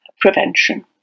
prevention